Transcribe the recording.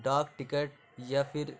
ڈاک ٹکٹ یا پھر